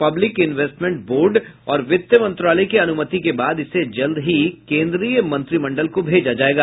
public investment board और वित्त मंत्रालय की अनुमति के बाद इसे जल्द ही केंद्रीय मंत्रिमंडल को भेजा जायेगा